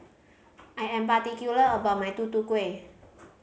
I am particular about my Tutu Kueh